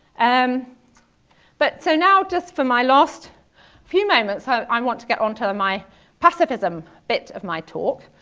um but so now, just for my last few moments, so i want to get on to my pacifism bit of my talk.